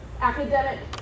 academic